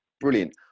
brilliant